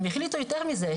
הם החליטו יותר מזה,